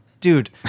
dude